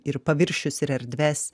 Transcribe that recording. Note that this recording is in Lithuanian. ir paviršius ir erdves